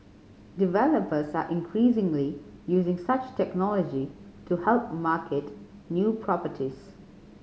developers are increasingly using such technology to help market new properties